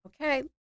okay